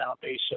Foundation